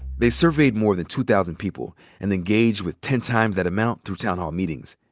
they surveyed more than two thousand people and engaged with ten times that amount through town hall meetings.